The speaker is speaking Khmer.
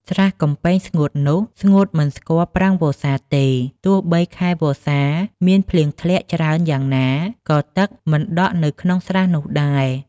ស្រះកំពែងស្ងួតនោះ ស្ងួតមិនស្គាល់ប្រាំងវស្សាទេ ទោះបីខែវស្សាមានភ្លៀងធ្លាក់ច្រើនយ៉ាងណា ក៏ទឹកមិនដក់នៅក្នុងស្រះនោះដែរ